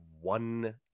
one